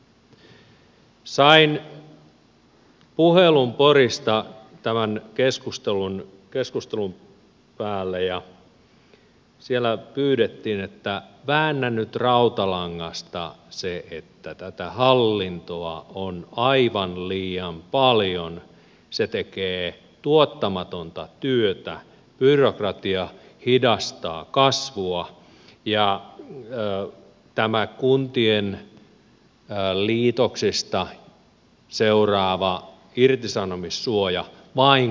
sain puhelun porista tämän keskustelun päälle ja siellä pyydettiin että väännä nyt rautalangasta se että tätä hallintoa on aivan liian paljon se tekee tuottamatonta työtä byrokratia hidastaa kasvua ja tämä kuntien liitoksista seuraava irtisanomissuoja vain kasvattaa tätä